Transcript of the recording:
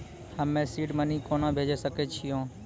हम्मे seed money कोना भेजी सकै छिओंन